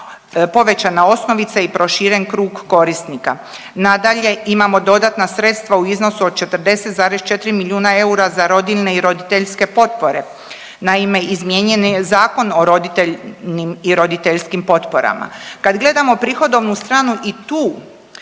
povećana osnovica i proširen krug korisnika. Nadalje, imamo dodatna sredstva u iznosu od 44,4 milijuna eura za rodiljne i rodiljske potpore. Naime, izmijenjeni zakon o roditeljnim i roditeljskim potporama kad gledamo prihodovnu stranu i tu